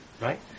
right